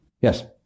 Yes